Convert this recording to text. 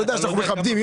אתה יודע שאנחנו מכבדים,